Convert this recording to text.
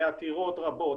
בעתירות רבות,